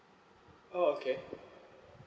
oh okay